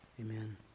Amen